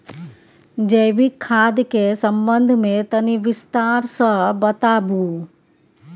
जैविक खाद के संबंध मे तनि विस्तार स बताबू?